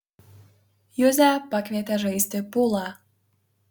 juzę pakvietė žaisti pulą